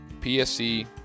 PSE